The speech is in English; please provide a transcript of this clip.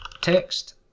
text